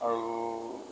আৰু